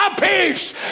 Peace